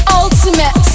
ultimate